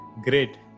Great